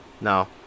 No